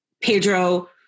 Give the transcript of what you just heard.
Pedro